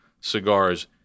Cigars